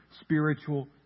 spiritual